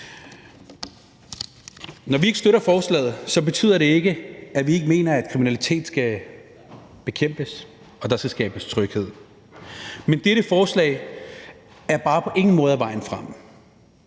Når vi ikke støtter forslaget, betyder det ikke, at vi ikke mener, at kriminalitet skal bekæmpes, og at der skal skabes tryghed. Men dette forslag er bare på ingen måder vejen frem